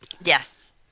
Yes